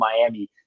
Miami